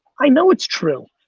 i know it's true.